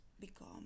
become